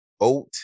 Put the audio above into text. oat